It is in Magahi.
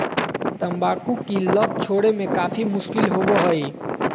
तंबाकू की लत छोड़े में काफी मुश्किल होबो हइ